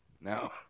Now